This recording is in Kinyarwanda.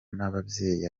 nababyeyi